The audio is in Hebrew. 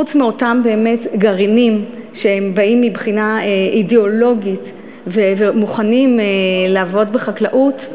חוץ מאותם גרעינים שבאים מבחינה אידיאולוגית ומוכנים לעבוד בחקלאות,